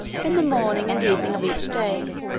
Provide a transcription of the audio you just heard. in the morning and evening of each day,